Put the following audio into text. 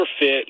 fit